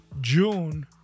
June